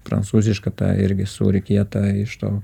prancūzišką tą irgi sūrį kietą iš tų